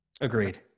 Agreed